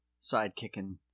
sidekicking